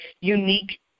unique